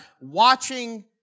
watching